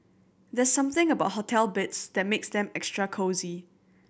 there's something about hotel beds that makes them extra cosy